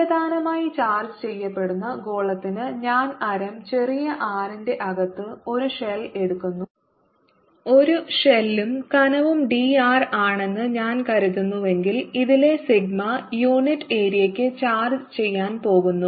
ഏകതാനമായി charge ചെയ്യപ്പെടുന്ന ഗോളത്തിന് ഞാൻ ആരം ചെറിയ r ന്റെ അകത്ത് ഒരു ഷെൽ എടുക്കുന്നു ഒരു ഷെല്ലും കനവും d r ആണെന്ന് ഞാൻ കരുതുന്നുവെങ്കിൽ ഇതിലെ സിഗ്മ യൂണിറ്റ് ഏരിയയ്ക്ക് ചാർജ് ചെയ്യാൻ പോകുന്നു